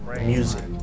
music